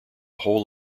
whole